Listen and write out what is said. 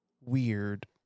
weird